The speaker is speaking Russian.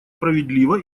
справедливо